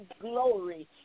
glory